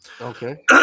Okay